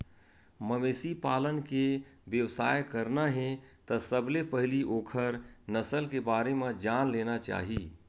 मवेशी पालन के बेवसाय करना हे त सबले पहिली ओखर नसल के बारे म जान लेना चाही